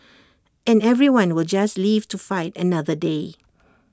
and everyone will just live to fight another day